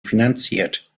finanziert